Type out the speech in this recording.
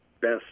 best